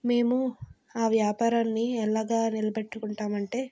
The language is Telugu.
మేము ఆ వ్యాపారాన్ని ఎలాగ నిలబెట్టుకుంటాం అంటే